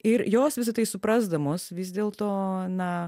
ir jos visa tai suprasdamos vis dėl to na